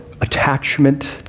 attachment